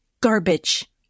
garbage